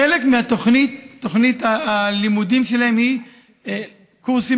חלק מתוכנית הלימודים שלהם היא קורסים